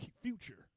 future